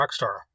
Rockstar